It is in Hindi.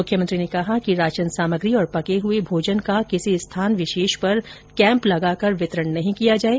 मुख्यमंत्री ने कहा कि राशन सामग्री और पके हुए भोजन का किसी स्थान विशेष पर कैंप लगाकर वितरण नहीं किया जाएं